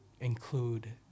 include